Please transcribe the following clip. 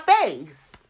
face